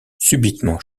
subitement